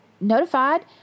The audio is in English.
notified